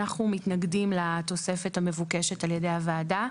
אנחנו מתנגדים לתוספת המבוקשת על ידי הוועדה.